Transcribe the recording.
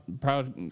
Proud